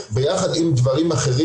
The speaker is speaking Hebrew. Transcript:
גם במשרד החינוך, מוחרגת לפעילות מלאה.